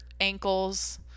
ankles